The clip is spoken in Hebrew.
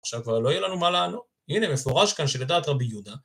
עכשיו כבר לא יהיה לנו מה לענות, הנה מפורש כאן שלדעת רבי יהודה.